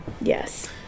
Yes